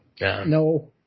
No